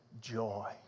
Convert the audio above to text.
joy